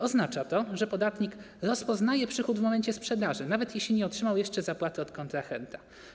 Oznacza to, że podatnik rozpoznaje przychód w momencie sprzedaży, nawet jeśli nie otrzymał jeszcze zapłaty od kontrahenta.